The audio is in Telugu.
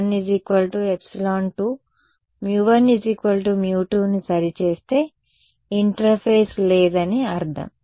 నేను ε 1 ε2 μ1 μ2 ని సరిచేస్తే ఇంటర్ఫేస్ లేదని అర్థం